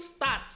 stats